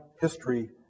history